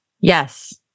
Yes